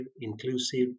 inclusive